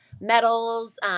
medals